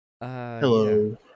Hello